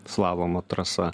slalomo trasa